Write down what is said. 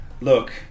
Look